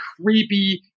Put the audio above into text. creepy